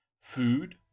food